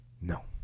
No